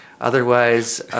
otherwise